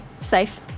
Safe